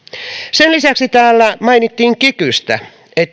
sen lisäksi täällä mainittiin kikystä